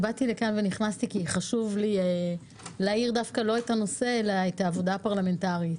נכנסתי כי חשוב לי להאיר לא את הנושא אלא את העבודה הפרלמנטרית.